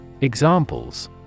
Examples